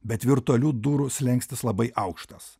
bet virtualių durų slenkstis labai aukštas